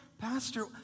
Pastor